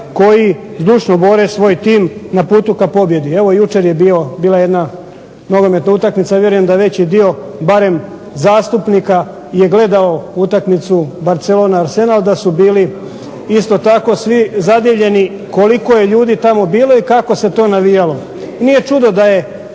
koji zdušno bore svoj tim na putu ka pobjedi. Evo jučer je bila jedna nogometna utakmica, vjerujem da veći dio barem zastupnika je gledao utakmicu Barcelona-Arsenal, da su bili isto tako svi zadivljeni koliko je ljudi tamo bilo i kako se to navijalo. Nije čudo da je